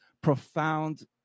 profound